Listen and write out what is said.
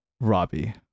Robbie